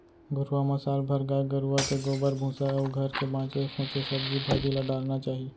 घुरूवा म साल भर गाय गरूवा के गोबर, भूसा अउ घर के बांचे खोंचे सब्जी भाजी ल डारना चाही